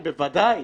בוודאי